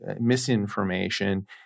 misinformation